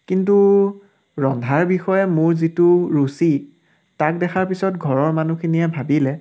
কিন্তু ৰন্ধাৰ বিষয়ে মোৰ যিটো ৰুচি তাক দেখাৰ পিছত ঘৰৰ মানুহখিনিয়ে ভাবিলে